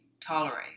tolerate